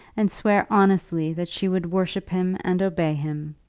and swear honestly that she would worship him and obey him.